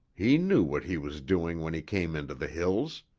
he knew what he was doing when he came into the hills.